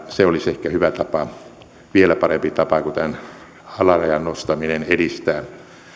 se olisi ehkä hyvä tapa vielä parempi tapa kuin tämän alarajan nostaminen edistää